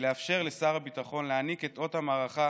לאפשר לשר הביטחון להעניק את אות המערכה